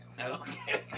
Okay